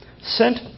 sent